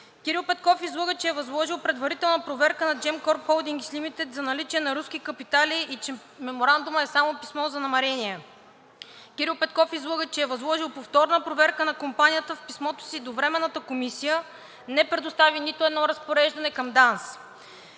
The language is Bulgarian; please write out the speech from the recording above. Кирил Петков излъга, че е възложил предварителна проверка на Gemcorp Holdings Limited за наличие на руски капитали и че Меморандумът е само писмо за намерение. Кирил Петков излъга, че е възложил повторна проверка на компанията. В писмото си до Временната комисия не предостави нито едно разпореждане до ДАНС.